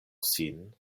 sin